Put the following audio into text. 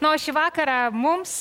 na o šį vakarą mums